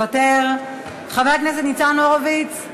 מוותר, חבר הכנסת ניצן הורוביץ,